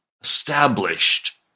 established